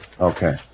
okay